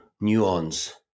nuance